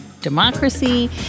democracy